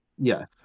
Yes